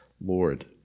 Lord